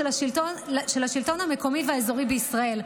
של השלטון המקומי והאזורי בישראל,